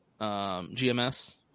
GMS